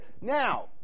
now